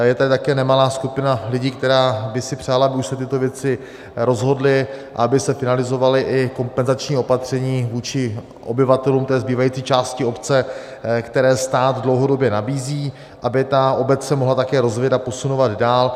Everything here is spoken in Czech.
Je tady také nemalá skupina lidí, která by si přála, aby už se tyto věci rozhodly, aby se finalizovala kompenzační opatření vůči obyvatelům té zbývající části obce, která stát dlouhodobě nabízí, aby ta obec se mohla také rozvíjet a posunovat dál.